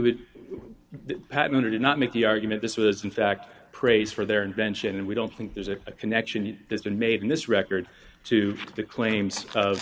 would patent or did not make the argument this was in fact praise for their invention and we don't think there's a connection that's been made in this record to the claims of